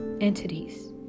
entities